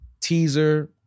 teaser